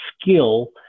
skill